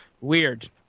Weird